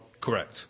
Correct